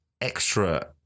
extra